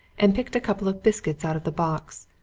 and picked a couple of biscuits out of the box.